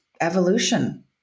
evolution